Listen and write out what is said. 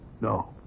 No